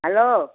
hello